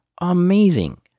amazing